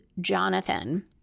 Jonathan